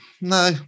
no